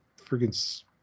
freaking